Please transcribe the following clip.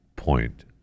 point